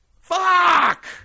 Fuck